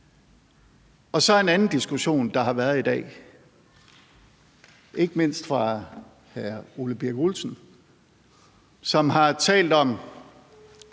er der en anden diskussion, der har været i dag, ikke mindst fra hr. Ole Birk Olesens side, som har talt om